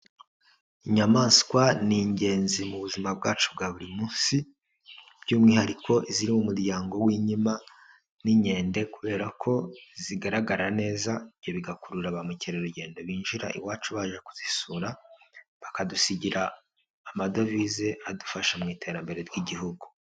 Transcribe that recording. Inyamaswa ni ingenzi mu buzima bwacu bwa buri munsi by'umwihariko iziri mu muryango w'inkima n'inkende kubera ko zigaragara neza, ibyo bigakurura ba mukerarugendo binjira iwacu baje kuzisura bakadusigira amadovize adufasha mu iterambere ry'igihugu.